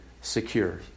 secure